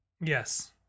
Yes